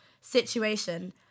situation